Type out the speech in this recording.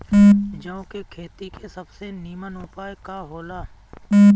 जौ के खेती के सबसे नीमन उपाय का हो ला?